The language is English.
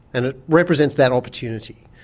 and it represents that opportunity.